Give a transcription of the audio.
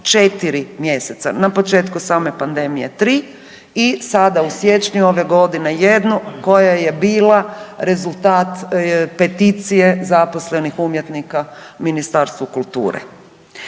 4 mjeseca, na početku same pandemije 3 i sada u siječnju ove godine 1 koja je bila rezultat peticije zaposlenih umjetnika Ministarstvu kulture.